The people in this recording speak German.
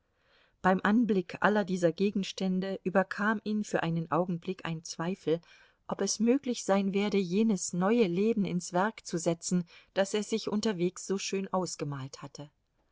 beim anblick aller dieser gegenstände überkam ihn für einen augenblick ein zweifel ob es möglich sein werde jenes neue leben ins werk zu setzen das er sich unterwegs so schön ausgemalt hatte